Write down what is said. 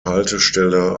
haltestelle